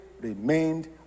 remained